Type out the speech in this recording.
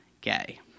gay